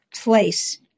place